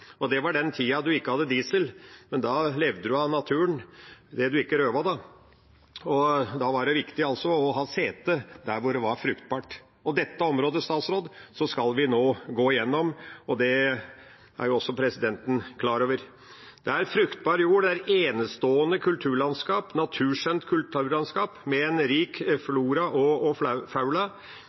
og da var det viktig å ha sete der hvor det var fruktbart. Dette området, statsråd, skal vi nå gå gjennom, og det er også presidenten klar over. Det er fruktbar jord, det er et enestående kulturlandskap, naturskjønt kulturlandskap, med en rik flora og fauna i utløpet av Storelva fra Begnavassdraget og